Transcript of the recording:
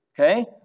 Okay